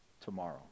tomorrow